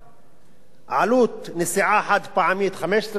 עלות נסיעה חד-פעמית, 15.5 שקלים,